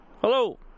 Hello